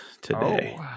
today